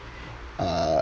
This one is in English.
uh